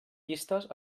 llistes